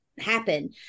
happen